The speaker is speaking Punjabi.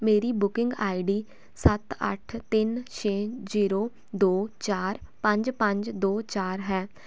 ਮੇਰੀ ਬੁਕਿੰਗ ਆਈਡੀ ਸੱਤ ਅੱਠ ਤਿੰਨ ਛੇ ਜੀਰੋ ਦੋ ਚਾਰ ਪੰਜ ਪੰਜ ਦੋ ਚਾਰ ਹੈ